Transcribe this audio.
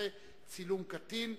18) (צילום קטין),